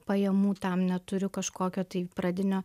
pajamų tam neturiu kažkokio tai pradinio